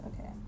okay